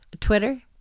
Twitter